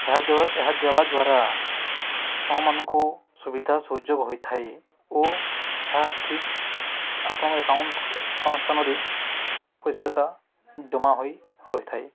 ଏହା ଏହା ଦେବା ଦ୍ୱାରା ଆମମାନଙ୍କୁ ସୁବିଧା ସୁଯୋଗ ହୋଇଥାଏ ଓ ଏହା ଠିକ୍ ଆପଣଙ୍କ ଏକାଉଣ୍ଟାଉଣ୍ଟ ସ୍ଥାନରେ ପଇସାଟା ଜମା ହୋଇ ରହିଥାଏ